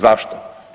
Zašto?